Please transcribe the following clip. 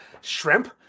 shrimp